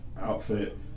outfit